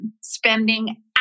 spending